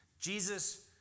Jesus